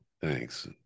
Thanks